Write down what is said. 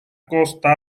costa